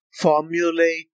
formulate